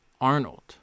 Arnold